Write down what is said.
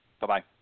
Bye-bye